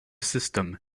system